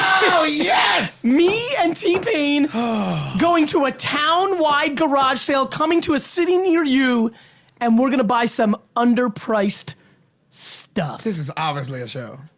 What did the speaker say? oh yes! yeah me and t-pain going to a town-wide garage sale coming to a city near you and we're gonna buy some under priced stuff. this is obviously a show.